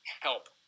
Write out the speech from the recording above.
help